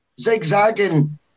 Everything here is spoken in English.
zigzagging